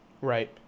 Right